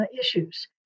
issues